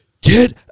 get